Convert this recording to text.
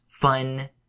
fun